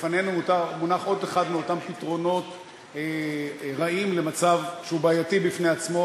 לפנינו מונח עוד אחד מאותם פתרונות רעים למצב שהוא בעייתי בפני עצמו,